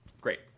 Great